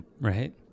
Right